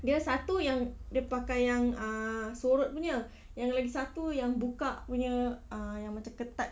dia satu yang dia pakai yang uh sorot punya yang lagi satu yang buka punya uh yang macam ketat